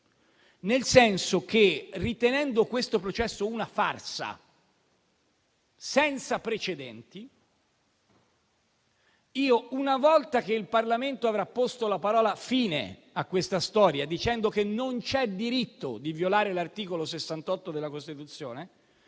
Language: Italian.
nel senso che, ritenendo questo processo una farsa senza precedenti, io, una volta che il Parlamento avrà posto la parola fine a questa storia dicendo che non c'è diritto di violare l'articolo 68 della Costituzione,